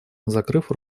закрыв